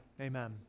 Amen